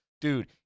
Dude